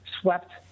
swept